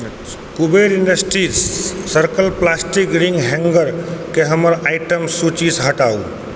Kuber industries circle plastic ring हैङ्गरकेँ हमर item सूचीसँ हटाउ